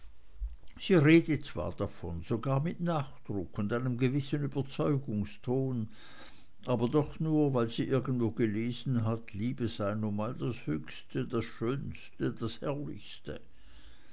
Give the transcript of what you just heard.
sie redet zwar davon sogar mit nachdruck und einem gewissen überzeugungston aber doch nur weil sie irgendwo gelesen hat liebe sei nun mal das höchste das schönste das herrlichste